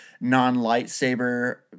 non-lightsaber